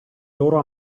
loro